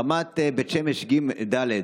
רמת בית שמש ד'